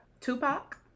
Tupac